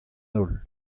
holl